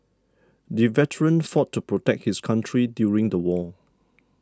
the veteran fought to protect his country during the war